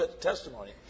testimony